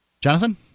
Jonathan